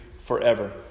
forever